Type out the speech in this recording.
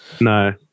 No